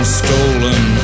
stolen